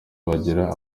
bagira